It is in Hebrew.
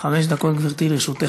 חמש דקות לרשותך.